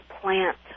plant